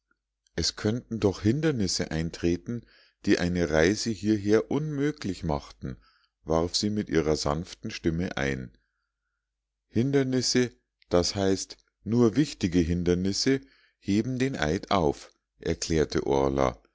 es könnten doch hindernisse eintreten die eine reise hierher unmöglich machten warf sie mit ihrer sanften stimme ein hindernisse das heißt nur wichtige hindernisse heben den eid auf erklärte